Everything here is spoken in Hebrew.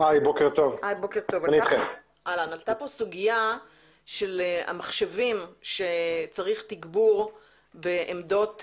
כאן סוגיה של המחשבים שצריך תגבור בעמדות